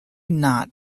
not